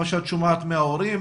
מה שאת שומעת מההורים,